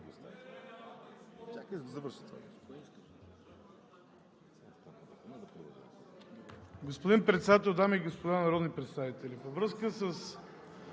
Господин Председател, дами и господа народни представители! Ще говоря по